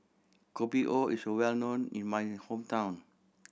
Kopi O is well known in my hometown